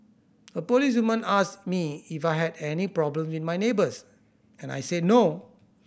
a policewoman asked me if I had any problem with my neighbours and I said no